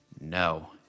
No